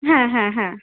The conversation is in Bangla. হ্যাঁ হ্যাঁ হ্যাঁ